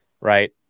right